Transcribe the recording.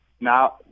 now